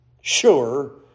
sure